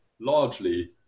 largely